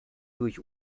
durch